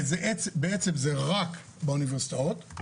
בעצם זה רק באוניברסיטאות.